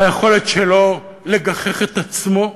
ביכולת שלו לגחך את עצמו,